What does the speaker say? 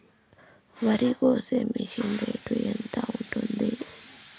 వరికోసే machine rate ఎంత ఉంటుంది?